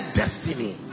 destiny